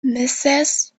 mrs